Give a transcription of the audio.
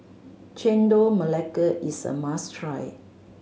Chendol Melaka is a must try